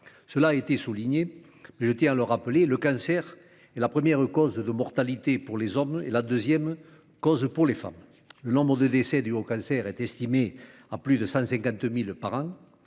Cela a été souligné, mais je tiens à le rappeler : le cancer est la première cause de mortalité pour les hommes et la deuxième pour les femmes. Le nombre de décès dus au cancer est estimé à plus de 150 000 par an.